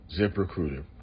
ZipRecruiter